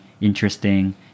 interesting